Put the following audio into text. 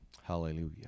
Hallelujah